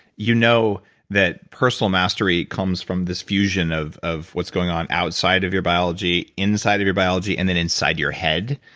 you know that personal mastery comes from this fusion of of what's going on outside of your biology, inside of your biology, and then inside your head.